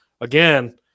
again